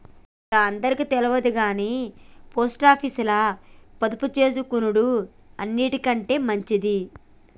ఇంక అందరికి తెల్వదుగని పోస్టాపీసుల పొదుపుజేసుకునుడు అన్నిటికంటె మంచిది